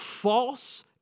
false